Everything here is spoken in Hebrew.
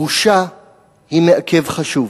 בושה היא מעכב חשוב.